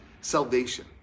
salvation